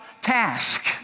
task